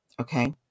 Okay